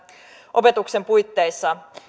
opetuksen puitteissa